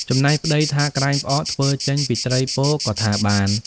ចំណែកប្ដីថាក្រែងផ្អកធ្វើចេញពីត្រីពោក៏ថាបាន។